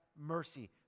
mercy